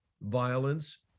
violence